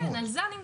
על זה אני מדברת.